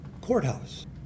courthouse